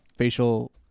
facial